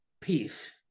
peace